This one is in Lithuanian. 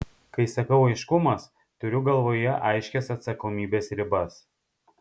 kai sakau aiškumas turiu galvoje aiškias atsakomybės ribas